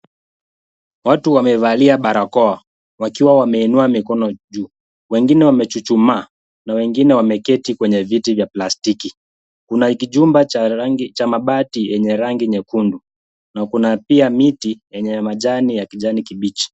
Watu wamevalia barakoa wakiwa wameinua mikono juu. Wengine wamechuchumaa na wengine wameketi kwenye viti vya plastiki. Kuna kijumba cha mabati yenye rangi nyekundu na kuna pia miti yenye majani ya kijani kibichi.